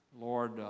Lord